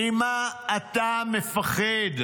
ממה אתה מפחד?